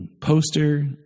poster